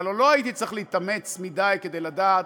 והלוא לא הייתי צריך להתאמץ מדי כדי לדעת